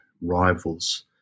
rivals